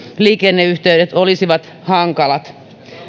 liikenneyhteydet olisivat hankalat